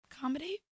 comedy